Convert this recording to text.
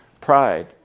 pride